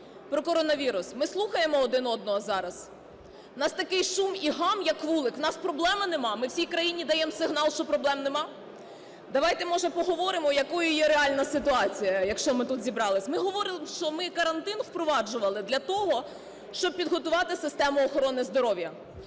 про коронавірус. Ми слухаємо один одного зараз, у нас такий шум і гам як вулик. У нас проблеми нема. Ми всій країні даємо сигнал, що проблем нема. Давайте, може, поговоримо якої є реальна ситуація, якщо ми тут зібрались. Ми говоримо, що ми карантин впроваджували для того, щоб підготувати систему охорони здоров'я.